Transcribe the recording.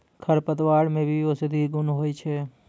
खरपतवार मे भी औषद्धि गुण होय छै